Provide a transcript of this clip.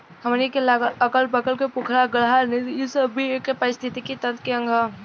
हमनी के अगल बगल के पोखरा, गाड़हा, नदी इ सब भी ए पारिस्थिथितिकी तंत्र के अंग ह